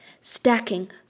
Stacking